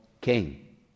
king